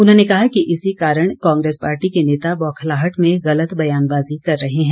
उन्होंने कहा कि इसी कारण कांग्रेस पार्टी के नेता बौखलाहट में गलत बयानबाजी कर रहे हैं